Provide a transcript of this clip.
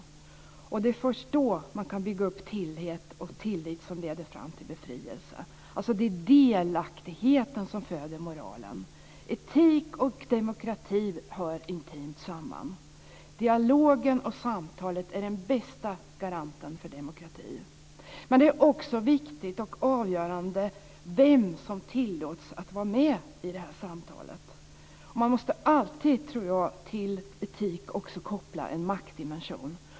Det är först då man kan bygga upp en tillit som leder fram till befrielse. Det är delaktighet som föder moral. Etik och demokrati hör intimt samma. Dialogen och samtalet är den bästa garanten för demokrati. Men det är också viktigt och avgörande vem som tillåts att vara med i samtalet. Man måste alltid, tror jag, till etik också koppla en maktdimension.